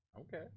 Okay